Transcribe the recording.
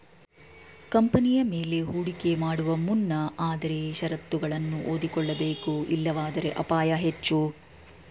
ಕಂಪನಿಯ ಮೇಲೆ ಹೂಡಿಕೆ ಮಾಡುವ ಮುನ್ನ ಆದರೆ ಶರತ್ತುಗಳನ್ನು ಓದಿಕೊಳ್ಳಬೇಕು ಇಲ್ಲವಾದರೆ ಅಪಾಯ ಹೆಚ್ಚು